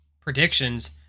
predictions